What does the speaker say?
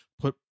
put